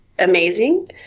Amazing